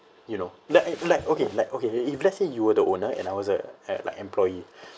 you know like like okay like okay if let's say you were the owner and I was a a like employee